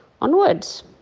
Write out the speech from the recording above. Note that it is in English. Onwards